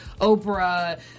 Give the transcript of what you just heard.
Oprah